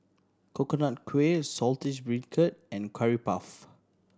Coconut Kuih Saltish Beancurd and Curry Puff